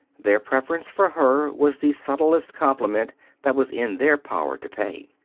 their preference for her was the subtlest compliment that was in their power to pay.